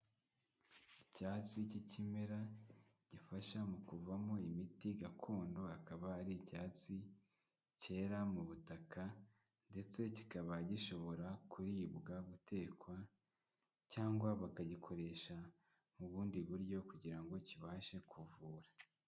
Icyatsi cy'ikimera gifasha mu kuvamo imiti gakondo, akaba ari icyatsi cyera mu butaka ndetse kikaba gishobora kuribwa, gutekwa cyangwa bakagikoresha mu bundi buryo kugira ngo kibashe kuvura.